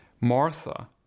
Martha